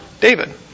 David